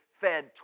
fed